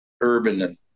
urban